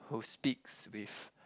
who speaks with